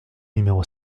numéro